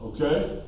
Okay